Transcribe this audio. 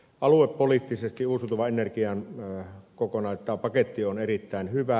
aluepoliittisesti uusiutuvan energian paketti on erittäin hyvä